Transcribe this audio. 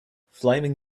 flaming